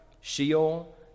Sheol